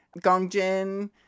Gongjin